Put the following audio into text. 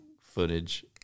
footage